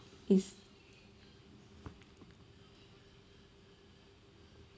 is